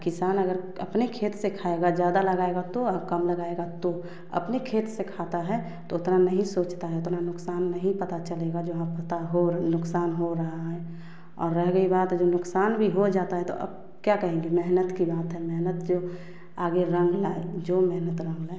किसान अगर अपने खेत से खाएगा ज़्यादा लगाएगा तो कम लगाएगा तो अपने खेत से खाता हैं तो उतना नहीं सोचता हैं उतना नुकसान नहीं पता चलेगा जहाँ पता हो रहा हैं और रह गई बात जो नुकसान भी हो जाता हैं तो अब क्या कहेंगे मेहनत की बात हैं मेहनत जो आगे रंग लाए जो मेहनत रंग लाए